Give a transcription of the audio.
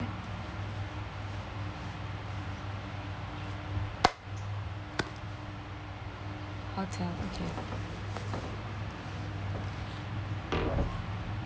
hotel okay